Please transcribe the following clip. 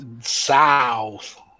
south